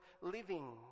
living